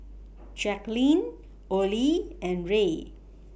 Jacquline Olie and Rae